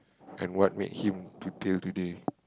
and what made him to here today